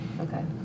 Okay